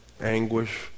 anguish